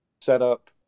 setup